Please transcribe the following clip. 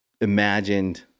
imagined